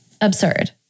absurd